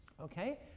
Okay